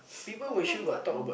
confirm got or not